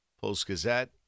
Post-Gazette